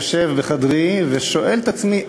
יושב בחדרי ושואל את עצמי,